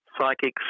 psychics